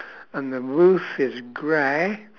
and the roof is grey